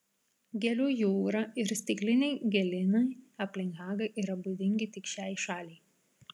gėlių jūra ir stikliniai gėlynai aplink hagą yra būdingi tik šiai šaliai